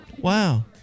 Wow